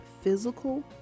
physical